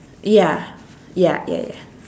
ya ya ya ya